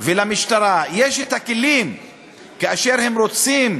ולמשטרה יש הכלים כאשר הן רוצות,